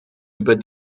über